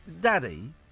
Daddy